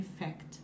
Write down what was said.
effect